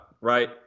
right